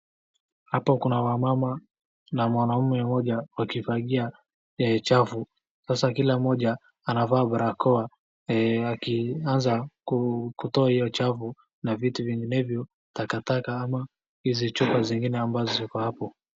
Hapa kuna wamama na mwanaume mmoja wakifagia uchafu. Alafu sasa kila mmoja anavaa barakoa akianza kutoa hiyo uchafu na vitu vinginevyo takataka ama hizi chupa zingine ambazo ziko hapo.